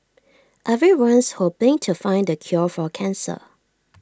everyone's hoping to find the cure for cancer